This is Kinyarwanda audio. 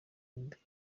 mbere